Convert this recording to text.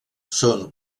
són